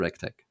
tech